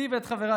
אותי ואת חבריי,